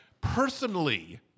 personally